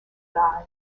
die